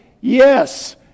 Yes